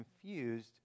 confused